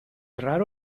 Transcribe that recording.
raro